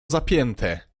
zapięte